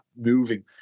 moving